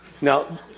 Now